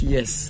Yes